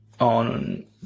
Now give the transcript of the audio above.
on